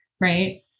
Right